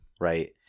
right